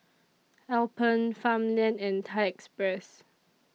Alpen Farmland and Thai Express